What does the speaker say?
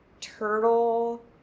Turtle